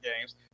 games